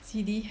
C_D